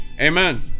Amen